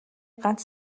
ганц